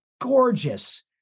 gorgeous